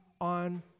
on